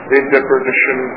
interpretation